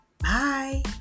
Bye